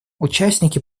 участники